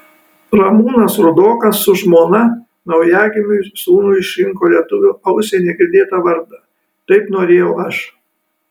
ramūnas rudokas su žmona naujagimiui sūnui išrinko lietuvio ausiai negirdėtą vardą taip norėjau aš